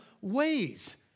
ways